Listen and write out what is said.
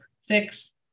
six